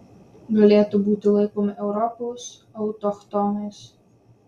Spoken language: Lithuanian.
galėtų būti laikomi europos autochtonais